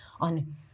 on